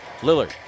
Lillard